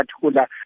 particular